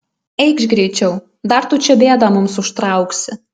eikš greičiau dar tu čia bėdą mums užtrauksi